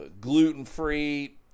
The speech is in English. gluten-free